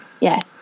yes